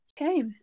Okay